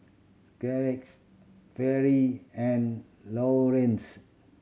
Scarletts Fairy and Laureens